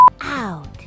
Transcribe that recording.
out